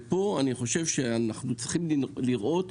פה אנו צריכים לראות,